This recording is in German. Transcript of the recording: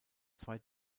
zwei